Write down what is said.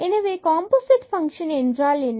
எனவே composite function என்றால் என்ன